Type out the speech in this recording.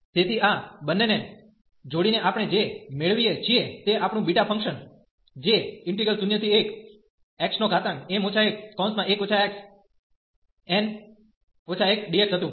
તેથી આ બંનેને જોડીને આપણે જે મેળવીએ છીએ તે આપણું બીટા ફંક્શન જે 01xm 11 xn 1dx હતું